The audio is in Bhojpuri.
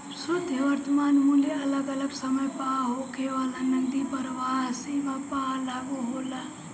शुद्ध वर्तमान मूल्य अगल अलग समय पअ होखे वाला नगदी प्रवाह सीमा पअ लागू होला